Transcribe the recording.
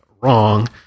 wrong